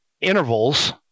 intervals